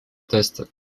tasted